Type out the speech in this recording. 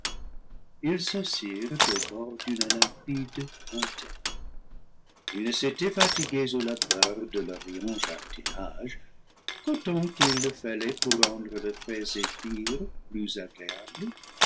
ils s'assirent au bord d'une limpide fontaine ils ne s'étaient fatigués au labeur de leur riant jardinage qu'autant qu'il le fallait pour rendre le frais zéphyr plus agréable